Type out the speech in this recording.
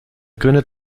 gründet